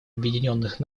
объединенных